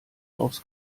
aufs